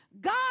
God